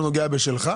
לא נוגע בשלך?